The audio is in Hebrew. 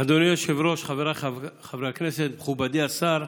אדוני היושב-ראש, חבריי חברי הכנסת, מכובדי השר,